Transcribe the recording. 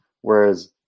whereas